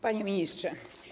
Panie Ministrze!